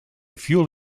fuel